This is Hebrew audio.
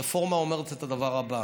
הרפורמה אומרת את הדבר הזה: